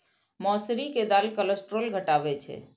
मौसरी के दालि कोलेस्ट्रॉल घटाबै छै